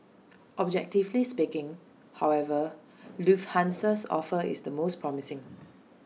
objectively speaking however Lufthansa's offer is the most promising